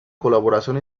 colaboración